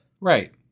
Right